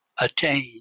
attain